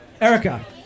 Erica